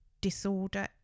disorder